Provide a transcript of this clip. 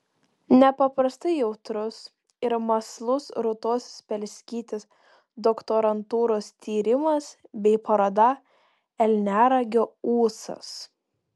nepaprastai jautrus ir mąslus rūtos spelskytės doktorantūros tyrimas bei paroda elniaragio ūsas